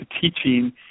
teaching